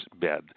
bed